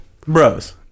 bros